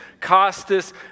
Costas